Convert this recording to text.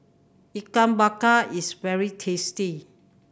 Ikan Bakar is very tasty